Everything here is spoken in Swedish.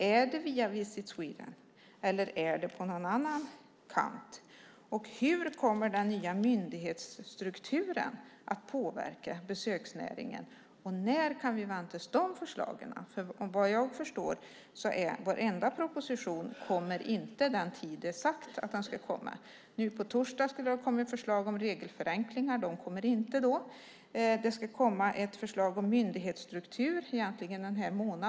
Är det via Visit Sweden, eller är det på någon annan kant? Och hur kommer den nya myndighetsstrukturen att påverka besöksnäringen? När kan vi vänta oss dessa förslag? Såvitt jag förstår kommer inte någon proposition vid den tidpunkt som det är sagt att den ska komma. Nu på torsdag skulle det ha kommit förslag om regelförenklingar, men de kommer inte då. Det ska komma ett förslag om myndighetsstruktur den här månaden egentligen.